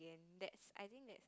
and that's I think that's